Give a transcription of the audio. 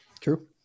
True